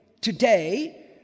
today